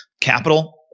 capital